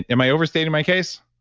am i overstating my case?